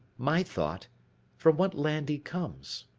my thought from what land he comes?